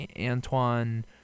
Antoine